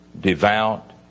devout